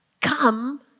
Come